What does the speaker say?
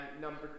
number